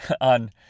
on